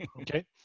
Okay